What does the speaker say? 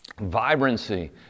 vibrancy